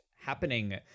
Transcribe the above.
happening